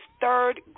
third